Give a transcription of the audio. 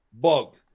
Bug